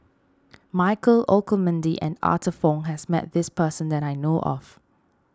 Michael Olcomendy and Arthur Fong has met this person that I know of